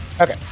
Okay